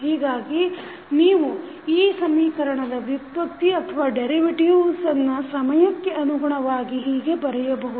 ಹೀಗಾಗಿ ನೀವು ಈ ಸಮೀಕರಣದ ವ್ಯುತ್ಪತ್ತಿ ಸಮಯಕ್ಕೆ ಅನುಗುಣವಾಗಿ ಹೀಗೆ ಬರೆಯುತ್ತೇವೆ